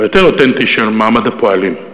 של מעמד הפועלים,